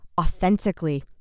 authentically